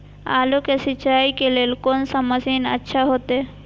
आलू के सिंचाई के लेल कोन से मशीन अच्छा होते?